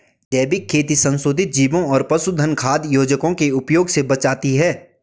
जैविक खेती संशोधित जीवों और पशुधन खाद्य योजकों के उपयोग से बचाती है